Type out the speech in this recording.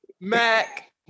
Mac